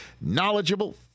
knowledgeable